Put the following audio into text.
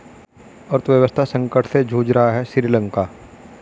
अर्थव्यवस्था संकट से जूझ रहा हैं श्रीलंका